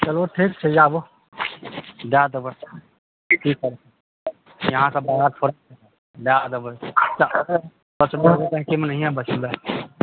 चलु ठीक छै आबु दए देबै की करबै अहाँके दए देबै बुझबै एगो साइकिलमे नहिए बचलै